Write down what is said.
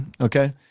Okay